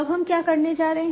अब हम क्या करने जा रहे हैं